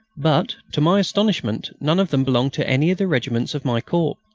but, to my astonishment, none of them belonged to any of the regiments of my corps.